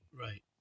Right